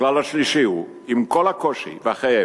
הכלל השלישי הוא: עם כל הקושי והכאב,